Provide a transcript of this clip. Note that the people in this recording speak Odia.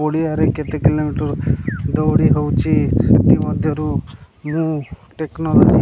ପଡ଼ିଆରେ କେତେ କିଲୋମିଟର ଦୌଡ଼ି ହଉଛି ଏଥିମଧ୍ୟରୁ ମୁଁ ଟେକ୍ନୋଲୋଜି